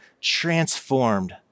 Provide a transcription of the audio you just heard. transformed